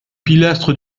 pilastres